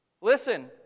Listen